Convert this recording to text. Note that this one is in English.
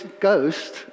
Ghost